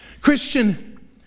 Christian